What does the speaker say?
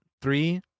three